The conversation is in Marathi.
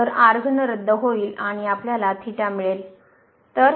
तर रद्द होईल आणि आपल्याला मिळेल